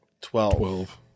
Twelve